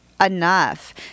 enough